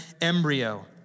embryo